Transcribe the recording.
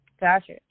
Gotcha